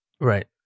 Right